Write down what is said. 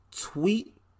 tweet